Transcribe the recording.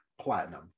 Platinum